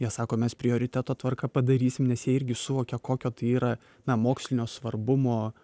jie sako mes prioriteto tvarka padarysim nes jie irgi suvokia kokio tai yra na mokslinio svarbumo